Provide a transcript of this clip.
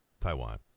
Taiwan